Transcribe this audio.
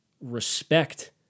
respect